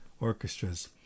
orchestras